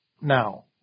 now